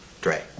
Dre